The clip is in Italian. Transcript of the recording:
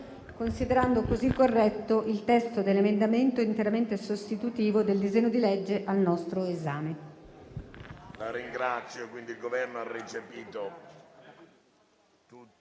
considerando così corretto il testo dell'emendamento interamente sostitutivo del disegno di legge al nostro esame.